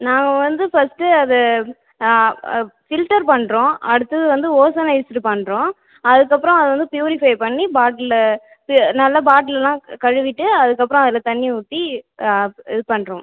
நாங்கள் வந்து ஃபர்ஸ்ட்டு அது அப் ஃபில்ட்டர் பண்ணுறோம் அடுத்தது வந்து ஓசனிஸ்ட்டு பண்ணுறோம் அதுக்கப்புறம் அதை வந்து பியூரிஃபை பண்ணி பாட்டிலில் நல்ல பாட்டில்லெலாம் கழுவிட்டு அதுக்கப்புறம் அதில் தண்ணி ஊற்றி இது பண்ணுறோம்